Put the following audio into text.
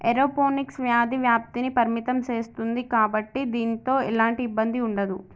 aeroponics వ్యాధి వ్యాప్తిని పరిమితం సేస్తుంది కాబట్టి దీనితో ఎలాంటి ఇబ్బంది ఉండదు